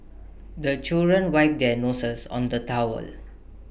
the children wipe their noses on the towel